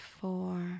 four